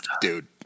dude